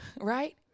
Right